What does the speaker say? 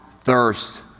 thirst